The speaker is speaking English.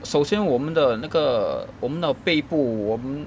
首先我们的那个我们的背部我们